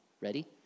Ready